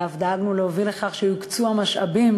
ואף דאגנו להוביל לכך שיוקצו המשאבים,